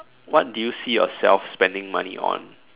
what did you see yourself spending money on